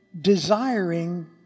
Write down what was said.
Desiring